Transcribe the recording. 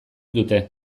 dute